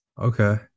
Okay